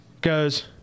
goes